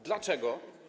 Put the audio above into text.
Dlaczego?